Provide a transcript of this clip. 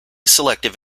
selective